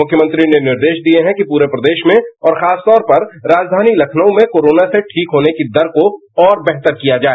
मुख्यमंत्री ने निर्देश दिए हैं कि पूरे प्रदेश में और खासतौर पर राजघानी लखनऊ में कोरोना से ठीक होने की दर को और बेहतर किया जाए